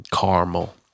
caramel